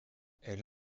elle